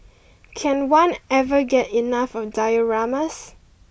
can one ever get enough of dioramas